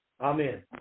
Amen